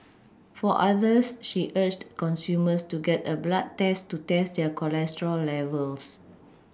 for others she urged consumers to get a blood test to test their cholesterol levels